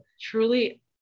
Truly